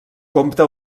compte